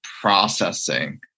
processing